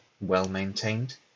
well-maintained